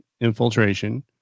infiltration